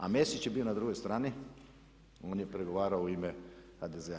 A Mesić je bio na drugoj strani, on je pregovarao u ime HDZ-a.